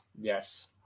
Yes